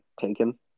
taken